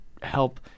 help